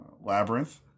Labyrinth